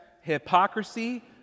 Hypocrisy